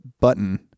button